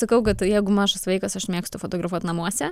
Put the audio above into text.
sakau kad jeigu mažas vaikas aš mėgstu fotografuot namuose